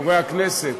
חברי הכנסת,